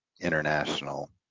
international